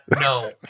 No